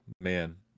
man